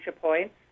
points